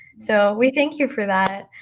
so we thank you for that.